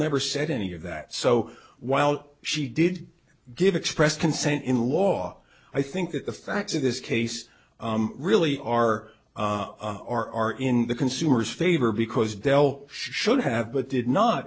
never said any of that so while she did give expressed consent in law i think that the facts of this case really are are are in the consumer's favor because dell should have but did not